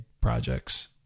projects